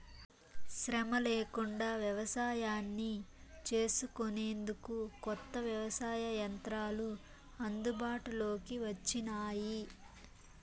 శ్రమ లేకుండా వ్యవసాయాన్ని చేసుకొనేందుకు కొత్త వ్యవసాయ యంత్రాలు అందుబాటులోకి వచ్చినాయి